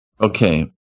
Okay